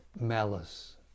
malice